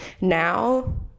Now